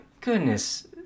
goodness